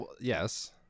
Yes